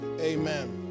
Amen